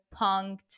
punked